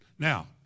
Now